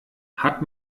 hat